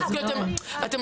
--- אתם